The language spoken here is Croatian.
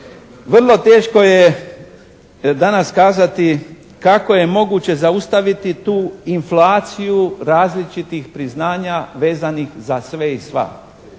vrlo teško je danas kazati kako je danas moguće zaustaviti tu inflaciju različitih priznanja vezanih za sve i sva.